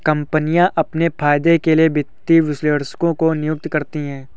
कम्पनियाँ अपने फायदे के लिए वित्तीय विश्लेषकों की नियुक्ति करती हैं